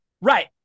right